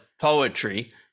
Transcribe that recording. poetry